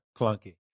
clunky